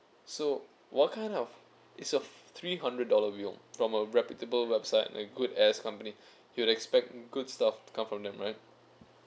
so what kind of its a three hundred dollar wheel from a reputable website like good ass company you would expect good stuff to come from them right